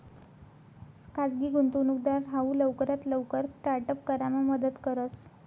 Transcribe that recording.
खाजगी गुंतवणूकदार हाऊ लवकरात लवकर स्टार्ट अप करामा मदत करस